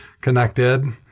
ConnectEd